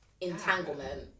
entanglement